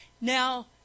Now